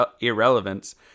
irrelevance